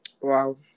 Wow